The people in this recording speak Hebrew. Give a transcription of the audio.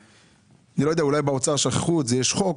אולי באוצר שכחו שיש חוק